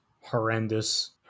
horrendous